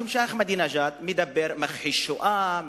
משום שאחמדינג'אד אומר שהוא מכחיש שואה,